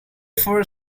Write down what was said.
four